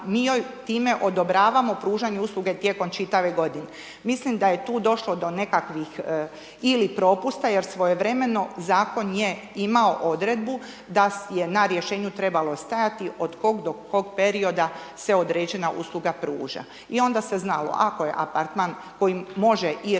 joj time odobravamo pružanje usluge tijekom čitave godine. Mislim da je tu došlo do nekakvih ili propusta jer svojevremeno je zakon imao odredbu, da je na rješenju trebalo stajati od kog do kog perioda se određena usluga pruža. I onda se znalo ako je apartman koji može i radi